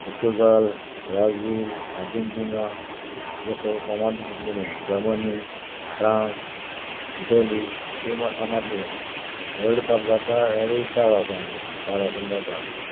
Portugal Brazil Argentina ह्यो फामाद गेम्यो जर्मनी फ्रांस इटली त्यो फामाद गेम्यो वल्ड कप जाता एवरी चार वर्सान य्यो चार वर्सान जाता